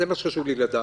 זה מה שחשוב לי לדעת.